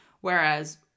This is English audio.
Whereas